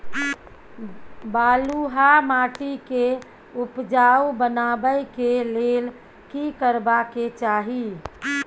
बालुहा माटी के उपजाउ बनाबै के लेल की करबा के चाही?